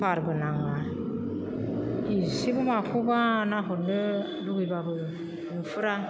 बारबो नाङा एसेबो माखौबा नाहरनो लुगैब्लाबो नुहुरा